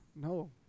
No